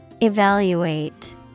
Evaluate